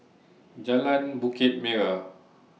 Jalan Bukit Merah